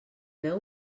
meu